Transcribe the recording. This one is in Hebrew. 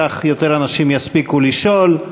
כך יותר אנשים יספיקו לשאול.